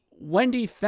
Wendy